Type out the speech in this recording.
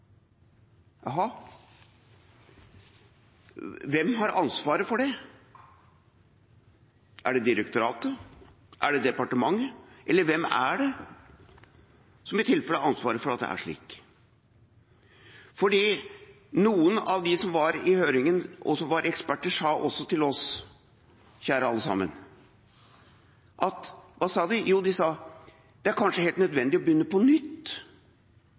Jaha. Hvem har ansvaret for det? Er det direktoratet? Er det departementet? Eller hvem er det som i tilfelle har ansvaret for at det er slik? Noen av dem som var i høringen, og som var eksperter, sa også til oss, kjære alle sammen: Det er kanskje nødvendig å begynne på nytt